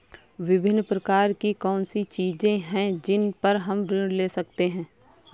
विभिन्न प्रकार की कौन सी चीजें हैं जिन पर हम ऋण ले सकते हैं?